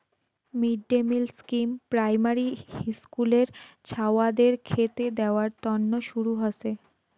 mid day meal scheme primary হিস্কুলের ছাওয়াদের খেতে দেয়ার তন্ন শুরু হসে